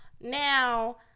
now